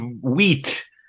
wheat